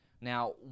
Now